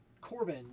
Corbin